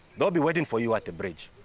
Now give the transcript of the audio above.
they'll be waiting for you at the bridge.